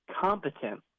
competent